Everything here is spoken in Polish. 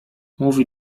mówi